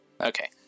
Okay